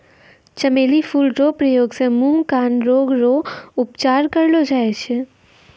चमेली फूल रो प्रयोग से मुँह, कान रोग रो उपचार करलो जाय छै